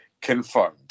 confirmed